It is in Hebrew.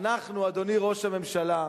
אנחנו, אדוני ראש הממשלה,